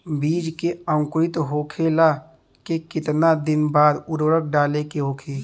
बिज के अंकुरित होखेला के कितना दिन बाद उर्वरक डाले के होखि?